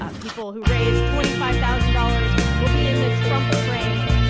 ah people who raise twenty five thousand dollars will be in the trump train.